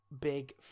big